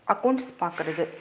accounts பார்க்குறது